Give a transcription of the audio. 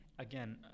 Again